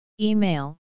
Email